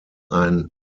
ein